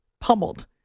pummeled